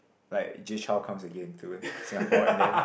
like Jay-Chou comes again to Singapore and then